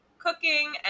cooking